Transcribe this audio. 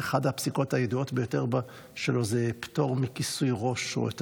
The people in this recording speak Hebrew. אחת הפסיקות הידועות ביותר שלו זה פטור מכיסוי ראש או יותר